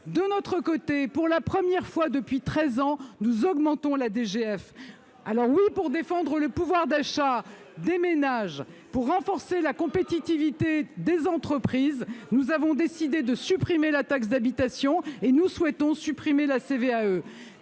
De notre côté, pour la première fois depuis treize ans, nous augmentons la DGF. Pour défendre le pouvoir d'achat des ménages et renforcer la compétitivité des entreprises, nous avons décidé de supprimer la taxe d'habitation et nous souhaitons supprimer la CVAE.